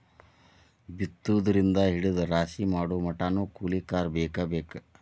ಬಿತ್ತುದರಿಂದ ಹಿಡದ ರಾಶಿ ಮಾಡುಮಟಾನು ಕೂಲಿಕಾರರ ಬೇಕ ಬೇಕ